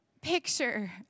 picture